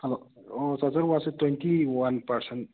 hello ꯑꯣ charger ꯋꯥꯠꯁꯦ twenty one percent